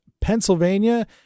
Pennsylvania